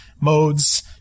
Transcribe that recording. modes